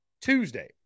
Tuesday